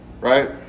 right